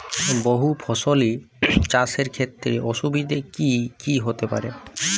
বহু ফসলী চাষ এর ক্ষেত্রে অসুবিধে কী কী হতে পারে?